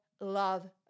love